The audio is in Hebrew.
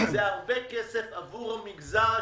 זה הרבה כסף עבור המגזר השלישי.